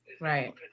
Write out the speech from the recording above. Right